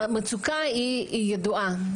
והמצוקה היא ידועה,